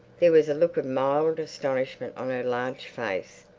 there was a look of mild astonishment on her large face,